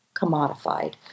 commodified